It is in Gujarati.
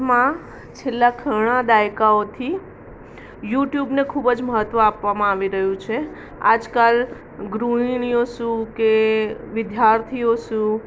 માં છેલ્લા ઘણા દાયકાઓથી યુટ્યુબને ખૂબજ મહત્ત્વ આપવામાં આવી રહ્યું છે આજકાલ ગૃહિણીઓ શું કે વિદ્યાર્થીઓ શું